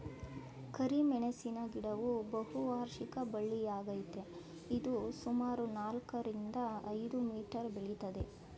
ಕರಿಮೆಣಸಿನ ಗಿಡವು ಬಹುವಾರ್ಷಿಕ ಬಳ್ಳಿಯಾಗಯ್ತೆ ಇದು ಸುಮಾರು ನಾಲ್ಕರಿಂದ ಐದು ಮೀಟರ್ ಬೆಳಿತದೆ